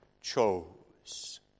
chose